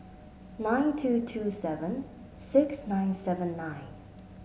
nine two two seven six nine seven nine